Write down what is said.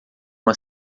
uma